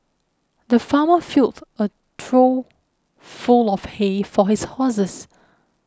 the farmer filled a trough full of hay for his horses